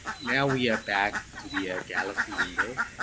now we are back to the ah galaxy window.